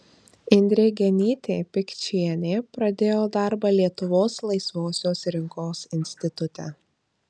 indrė genytė pikčienė pradėjo darbą lietuvos laisvosios rinkos institute